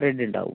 red ഉണ്ടാവും